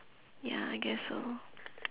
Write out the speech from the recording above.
ya I guess so